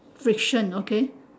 fiction okay